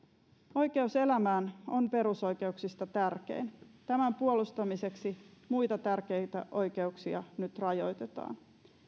oikeus elämään on perusoikeuksista tärkein tämän puolustamiseksi muita tärkeitä oikeuksia nyt rajoitetaan